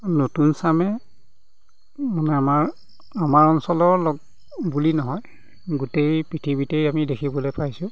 নতুন চামে মানে আমাৰ আমাৰ অঞ্চলৰ বুলি নহয় গোটেই পৃথিৱীতেই আমি দেখিবলৈ পাইছোঁ